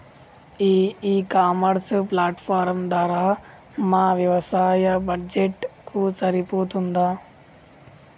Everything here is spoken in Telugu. ఈ ఇ కామర్స్ ప్లాట్ఫారం ధర మా వ్యవసాయ బడ్జెట్ కు సరిపోతుందా?